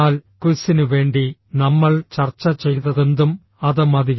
എന്നാൽ ക്വിസിന് വേണ്ടി നമ്മൾ ചർച്ച ചെയ്തതെന്തും അത് മതി